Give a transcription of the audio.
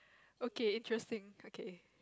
okay interesting okay